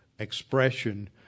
expression